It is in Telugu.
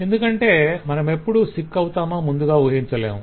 ఎందుకంటే మనమెప్పుడు సిక్ అవుతామో ముందుగా ఉహించలేము